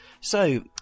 So